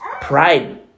pride